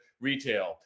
retail